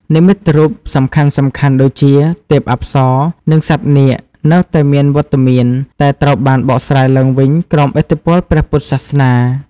និមិត្តរូបសំខាន់ៗដូចជា ទេពអប្សរ និងសត្វនាគនៅតែមានវត្តមាន តែត្រូវបានបកស្រាយឡើងវិញក្រោមឥទ្ធិពលព្រះពុទ្ធសាសនា។